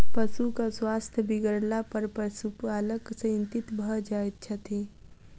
पशुक स्वास्थ्य बिगड़लापर पशुपालक चिंतित भ जाइत छथि